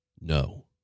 No